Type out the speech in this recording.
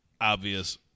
obvious